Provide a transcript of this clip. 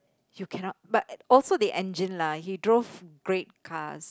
you cannot but also the engine lah he drove great cars